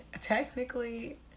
technically